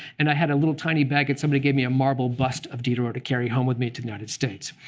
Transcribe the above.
and i had a little tiny bag, and somebody gave me a marble bust of diderot to carry home with me to the united states.